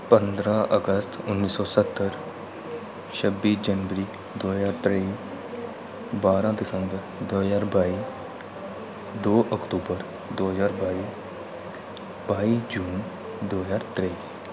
पंदरा अगस्त उन्नी सौ सत्तर छब्बी जनवरी दो ज्हार त्रेई बारां दिसंबर दो ज्हार बाई दो अक्टूबर दो ज्हार बाई बाई जून दो ज्हार त्रेई